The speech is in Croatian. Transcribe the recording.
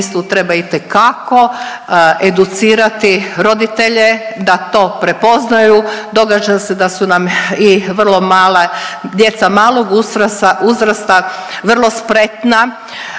smislu treba itekako educirati roditelje da to prepoznaju. Događa se da su nam i vrlo mala, djeca malog uzrasta vrlo spretna